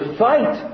fight